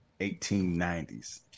1890s